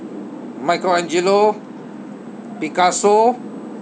michelangelo picasso